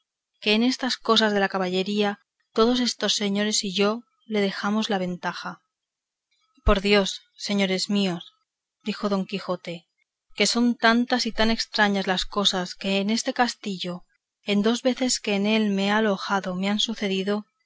que en estas cosas de la caballería todos estos señores y yo le damos la ventaja por dios señores míos dijo don quijote que son tantas y tan estrañas las cosas que en este castillo en dos veces que en él he alojado me han sucedido